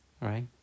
Right